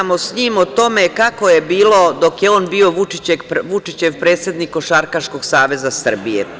Ćaskom sa njim o tome kako je bilo dok je on bio Vučićev predsednik Košarkaškog saveza Srbije.